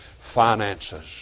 finances